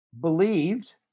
believed